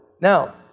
Now